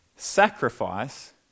sacrifice